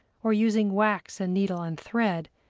or using wax and needle and thread,